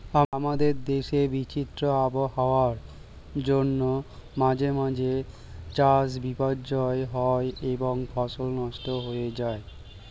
আমাদের দেশে বিচিত্র আবহাওয়ার জন্য মাঝে মাঝে চাষ বিপর্যস্ত হয় এবং ফসল নষ্ট হয়ে যায়